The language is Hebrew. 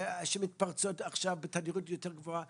שמתפרצות עכשיו בתדירות גבוהה יותר,